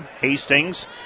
Hastings